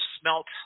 smelt